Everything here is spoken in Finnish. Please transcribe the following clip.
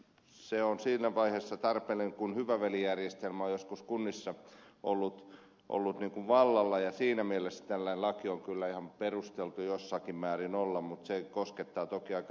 se on siinä vaiheessa tarpeellinen kun hyvä veli järjestelmä on joskus kunnissa ollut vallalla ja siinä mielessä tällainen laki on kyllä ihan perusteltu jossakin määrin olla mutta se koskettaa toki aika isoja asioita